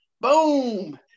Boom